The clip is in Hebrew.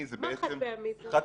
מה חד-פעמי כאן?